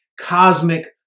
cosmic